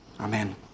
Amen